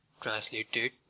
Translated